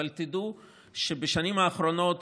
אבל תדעו שבשנים האחרונות,